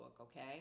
okay